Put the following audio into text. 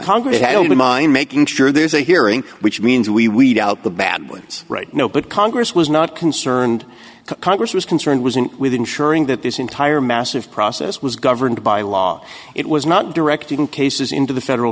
don't mind making sure there's a hearing which means we weed out the bad ones right now but congress was not concerned congress was concerned was in with ensuring that this entire massive process was governed by law it was not directed in cases into the federal